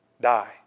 die